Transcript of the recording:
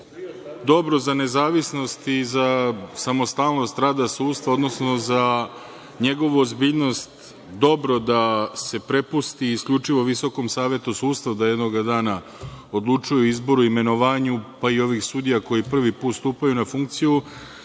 dobro za nezavisnost i za samostalnost rada sudstva, odnosno za njegovu ozbiljnost, dobro da se prepusti isključivo Viskom savetu sudstva da jednoga dana odlučuje o izboru i imenovanju, pa i ovih sudija koji prvi put stupaju na funkciju.